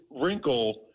wrinkle